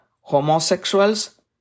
homosexuals